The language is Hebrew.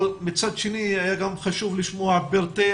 אבל מצד שני היה גם חשוב לשמוע את פרטי